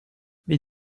mais